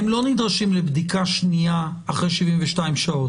הם לא נדרשים לבדיקה שנייה אחרי 72 שעות.